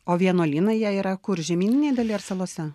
o vienuolynai jie yra kur žemyninėj daly ar salose